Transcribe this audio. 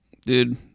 Dude